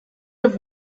have